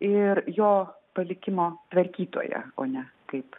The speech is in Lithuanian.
ir jo palikimo tvarkytoja o ne kaip